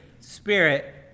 spirit